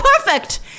perfect